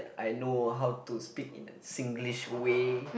I know how to speak in a Singlish way